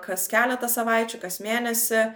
kas keletą savaičių kas mėnesį